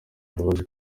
imbabazi